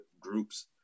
groups